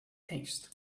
taste